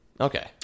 Okay